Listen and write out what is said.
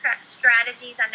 strategies